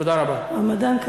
תודה רבה.